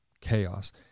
chaos